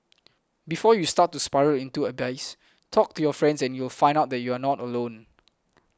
before you start to spiral into the abyss talk to your friends and you'll find that you are not alone